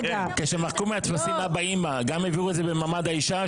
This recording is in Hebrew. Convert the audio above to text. כשמחקו מהטפסים אבא ואמא גם הביאו את זה למעמד האישה?